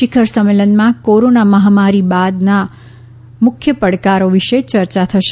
શિખર સંમેલનમાં કોરોના માહમારી બાદના મુખ્ય પડકારો વિશે ચર્યા થશે